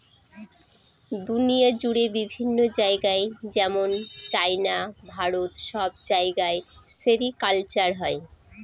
দুনিয়া জুড়ে বিভিন্ন জায়গায় যেমন চাইনা, ভারত সব জায়গায় সেরিকালচার হয়